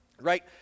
right